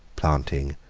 planting,